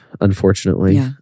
unfortunately